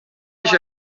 eix